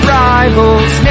rivals